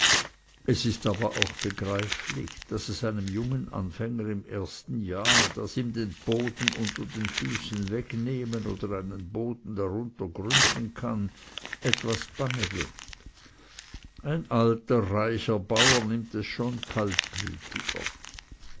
es ist aber auch begreiflich daß es einem jungen anfänger im ersten jahr das ihm den boden unter den füßen wegnehmen oder einen boden darunter gründen kann etwas bange wird ein alter reicher bauer nimmt es schon kaltblütiger